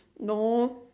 no